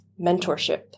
mentorship